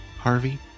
Harvey